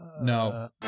No